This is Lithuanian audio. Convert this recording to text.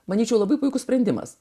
manyčiau labai puikus sprendimas